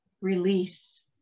release